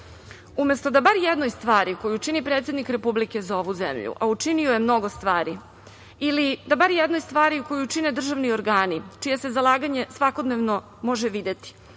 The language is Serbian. vlast? Umesto da bar jednoj stvari koju čini predsednik Republike za ovu zemlju, a učinio je mnogo stvari ili da bar jednoj stvari koju čine državni organi čije se zalaganje svakodnevno može videti,